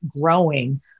growing